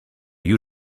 you